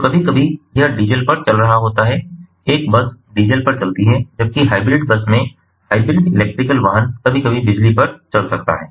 तो कभी कभी यह डीजल पर चल रहा होता है एक बस डीजल पर चलती है जबकि हाइब्रिड बस में हाइब्रिड इलेक्ट्रिकल वाहन कभी कभी बिजली पर चल सकता है